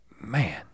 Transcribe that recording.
man